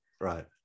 right